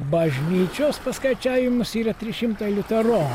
bažnyčios paskaičiavimus yra trys šimtai liutero